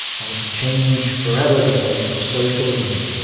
that was to change forever the face of socialism.